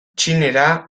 txinera